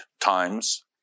times